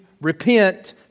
repent